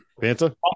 Panta